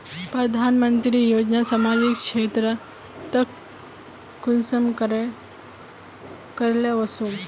प्रधानमंत्री योजना सामाजिक क्षेत्र तक कुंसम करे ले वसुम?